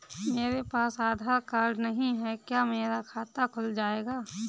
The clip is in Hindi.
मेरे पास आधार कार्ड नहीं है क्या मेरा खाता खुल जाएगा?